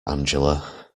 angela